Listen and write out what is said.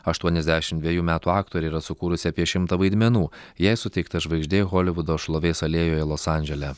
aštuoniasdešimt dvejų metų aktorė yra sukūrusi apie šimtą vaidmenų jai suteikta žvaigždė holivudo šlovės alėjoje los andžele